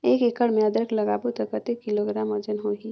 एक एकड़ मे अदरक लगाबो त कतेक किलोग्राम वजन होही?